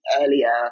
earlier